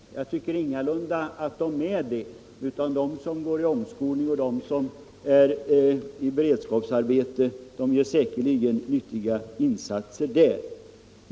Jag tycker ingalunda att de är det. De som går på omskolning och de som är sysselsatta i beredskapsarbete gör säkerligen nyttiga insatser där.